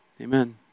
amen